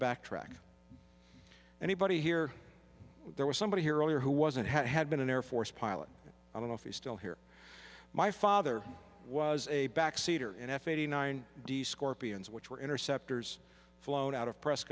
backtrack anybody here there was somebody here earlier who wasn't that had been an air force pilot i don't know if he's still here my father was a back seater in f eighty nine d scorpions which were interceptors flown out of pres